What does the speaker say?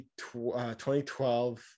2012